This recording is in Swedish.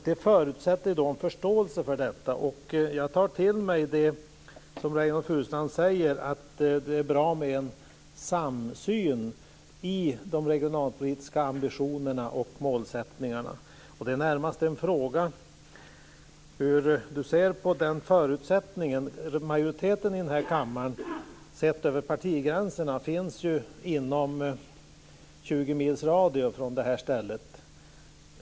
Det förutsätter då en förståelse för detta, och jag tar till mig det som Reynoldh Furustrand säger, nämligen att det är bra med en samsyn när det gäller de regionalpolitiska ambitionerna och målsättningarna. Jag har närmast en fråga om hur Reynoldh Furustrand ser på förutsättningarna för detta. Sett över partigränserna finns majoriteten i den här kammaren inom 20 mils radie från det här stället.